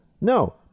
No